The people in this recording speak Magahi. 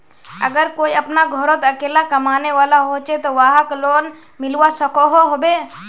अगर कोई अपना घोरोत अकेला कमाने वाला होचे ते वाहक लोन मिलवा सकोहो होबे?